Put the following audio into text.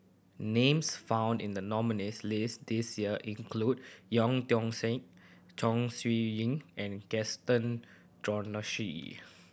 names found in the nominees' list this year include Tian Siak Chong Siew Ying and Gaston Dutronquoy